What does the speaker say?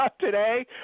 today